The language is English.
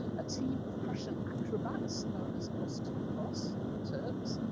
a team of prussian acrobats, known as los turcos, the turks.